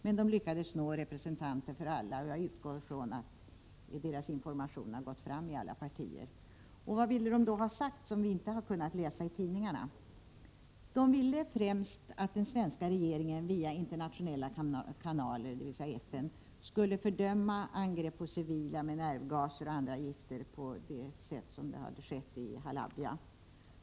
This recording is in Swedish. Men de lyckades nå representanter för alla, och jag utgår från att deras information har gått fram i alla partier. Vad ville de då ha sagt, som vi inte har kunnat läsa i tidningarna? De ville främst att den svenska regeringen via internationella kanaler, dvs. FN, skulle fördöma angrepp på civila med nervgas och andra gifter på det sätt som hade skett i Halabja.